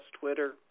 Twitter